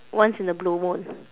once in a blue moon